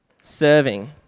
serving